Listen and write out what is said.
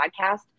podcast